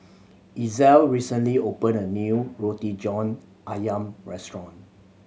Ezell recently opened a new Roti John Ayam restaurant